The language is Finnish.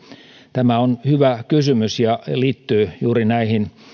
tämä on hyvä kysymys ja liittyy juuri näihin